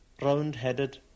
round-headed